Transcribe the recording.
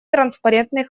транспарентный